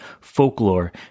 folklore